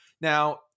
Now